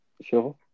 Sure